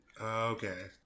Okay